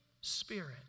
Spirit